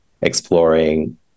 exploring